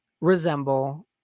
resemble